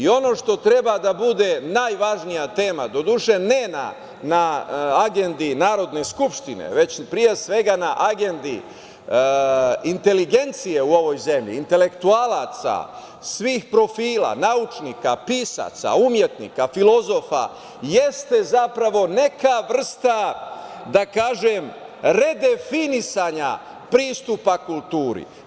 Ono što treba da bude najvažnija tema, doduše ne na agendi Narodne skupštine, već pre svega na agendi inteligencije u ovoj zemlji, intelektualaca, svih profila, naučnika, pisaca, umetnika, filozofa jeste zapravo neka vrsta, da kažem, redefinisanja pristupa kulturi.